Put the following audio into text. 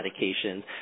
medications